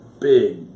big